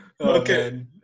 Okay